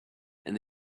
and